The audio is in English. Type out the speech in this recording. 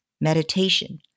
meditation